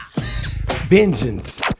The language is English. Vengeance